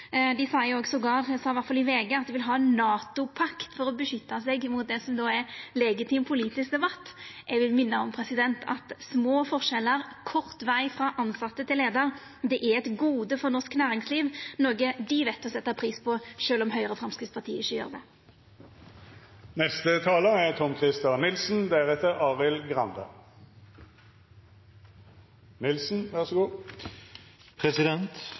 Dei seier òg sågar – dei sa det i alle fall til VG – at dei vil ha ein «NATO-pakt» for å verna seg mot det som er ein legitim politisk debatt. Eg vil minna om at små forskjellar og kort veg frå tilsette til leiar er eit gode for norsk næringsliv, noko dei veit å setja pris på, sjølv om Høgre og Framstegspartiet ikkje gjer